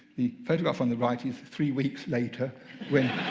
the photograph on the right is three weeks later when